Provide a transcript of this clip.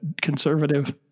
conservative